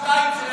ממש לא.